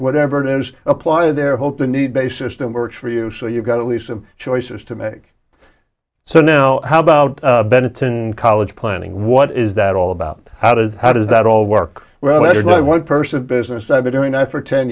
whatever it is apply there hope the need based system works for you so you've got at least some choices to make so now how about benetton college planning what is that all about how does how does that all work well one person business i've been doing that for ten